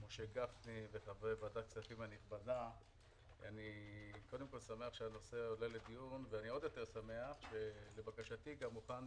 קודם כל אני שמח שהנושא עולה לדיון ואני עוד יותר שמח שלבקשתי הוכן